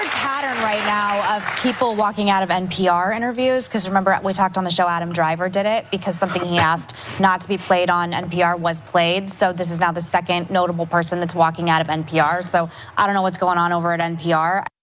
pattern right now of people walking out of npr interviews, cuz remember we talked on the show adam driver did it. because something he asked not to be played on npr was played, so this is now the second notable person that's walking out of npr. so i don't know what's going on over at npr.